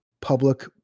public